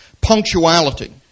punctuality